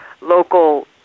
local